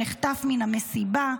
נחטף מן המסיבה,